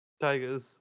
Tigers